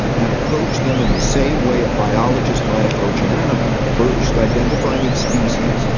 and approach them in the same way a biologist might approach an animal. first, identifying its species,